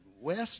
West